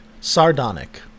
sardonic